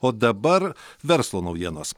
o dabar verslo naujienos